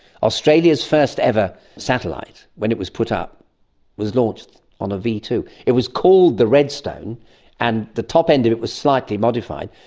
australia's first ever satellite when it was put up was launched on a v two. it was called the redstone and the top end of it was slightly modified,